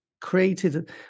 created –